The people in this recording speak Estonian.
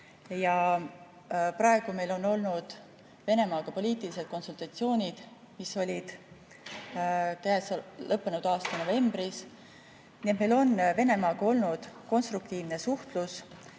Praegu meil on olnud Venemaaga poliitilised konsultatsioonid, mis toimusid lõppenud aasta novembris. Nii et meil on Venemaaga olnud konstruktiivne suhtlus.